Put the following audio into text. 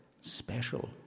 special